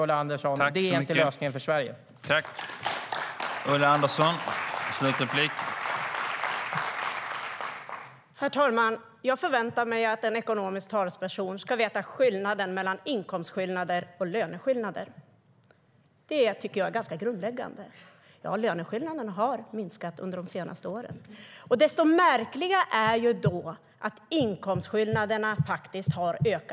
Ulla Andersson, det är inte lösningen för Sverige.